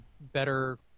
better